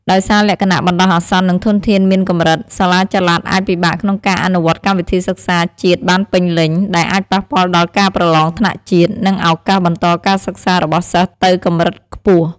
ដោយសារលក្ខណៈបណ្ដោះអាសន្ន និងធនធានមានកម្រិត សាលាចល័តអាចពិបាកក្នុងការអនុវត្តកម្មវិធីសិក្សាជាតិបានពេញលេញ ដែលអាចប៉ះពាល់ដល់ការប្រឡងថ្នាក់ជាតិ និងឱកាសបន្តការសិក្សារបស់សិស្សទៅកម្រិតខ្ពស់។